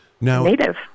Native